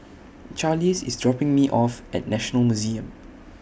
Charlize IS dropping Me off At National Museum